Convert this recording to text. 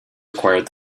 required